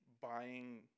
buying